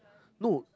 no